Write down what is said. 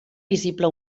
visible